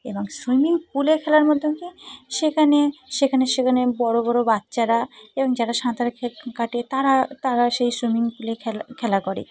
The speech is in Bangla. এবং সুইমিং পুলে খেলার মধ্যে কি সেখানে সেখানে সেখানে বড় বড় বাচ্চারা এবং যারা সাঁতার খে কাটে তারা তারা সেই সুইমিং পুলে খেলা খেলা করে